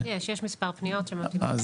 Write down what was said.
יש, יש מספר פניות שממתינות.